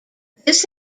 this